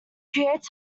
creates